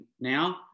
now